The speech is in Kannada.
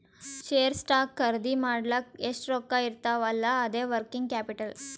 ಶೇರ್, ಸ್ಟಾಕ್ ಖರ್ದಿ ಮಾಡ್ಲಕ್ ಎಷ್ಟ ರೊಕ್ಕಾ ಇರ್ತಾವ್ ಅಲ್ಲಾ ಅದೇ ವರ್ಕಿಂಗ್ ಕ್ಯಾಪಿಟಲ್